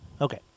Okay